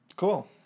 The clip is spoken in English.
Cool